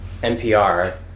NPR